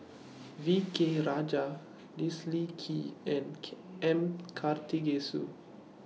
V K Rajah Leslie Kee and M Karthigesu